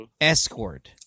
escort